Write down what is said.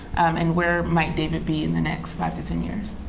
and where might david be in the next five to ten years?